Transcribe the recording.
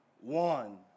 one